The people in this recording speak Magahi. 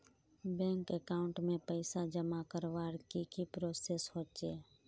बैंक अकाउंट में पैसा जमा करवार की की प्रोसेस होचे?